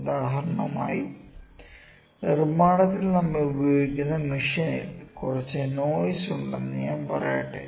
ഉദാഹരണമായി നിർമ്മാണത്തിൽ നമ്മൾ ഉപയോഗിക്കുന്ന മെഷീനിൽ കുറച്ച് നോയ്സ് ഉണ്ടെന്ന് ഞാൻ പറയട്ടെ